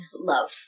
love